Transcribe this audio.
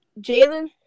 Jalen